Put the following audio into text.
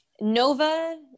Nova